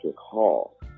Hall